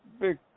big